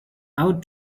out